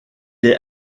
est